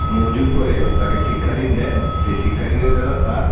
মঞ্জুর করে তাকে শিক্ষা ঋণ দেয় সেই শিক্ষা ঋণের দ্বারা তার